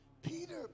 Peter